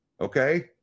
okay